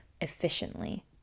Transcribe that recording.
efficiently